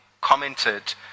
commented